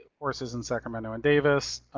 courses in sacramento and davis,